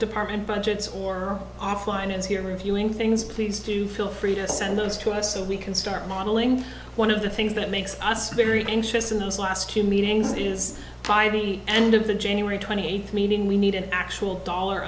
department budgets or offline is here reviewing things please do feel free to send those to us so we can start modeling one of the things that makes us very anxious in those last few meetings is by the end of the january twenty eighth meeting we need an actual dollar